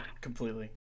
completely